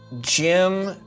Jim